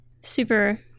super